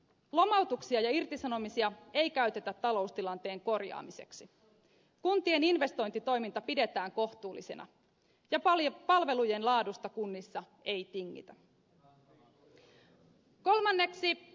lomautuksia ja irtisanomisia ei käytetä taloustilanteen korjaamiseksi kuntien investointitoiminta pidetään kohtuullisena ja palvelujen laadusta kunnissa ei tingitä